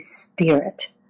spirit